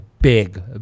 big